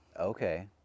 okay